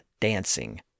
dancing